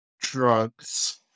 Drugs